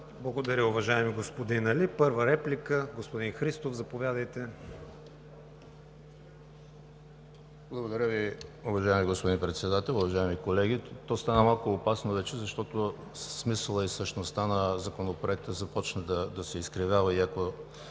Благодаря, уважаеми господин Али. Първа реплика – господин Христов, заповядайте. ЕМИЛ ХРИСТОВ (ГЕРБ): Благодаря Ви. Уважаеми господин Председател, уважаеми колеги! То стана малко опасно вече, защото смисълът и същността на Законопроекта започна да се изкривява. Ако